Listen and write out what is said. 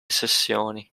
sessioni